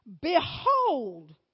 Behold